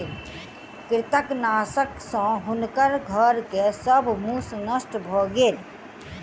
कृंतकनाशक सॅ हुनकर घर के सब मूस नष्ट भ गेल